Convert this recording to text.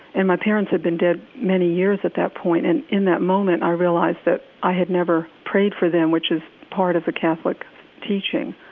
and my parents had been dead many years at that point, and in that moment i realized that i had never prayed for them, which is part of the catholic teaching.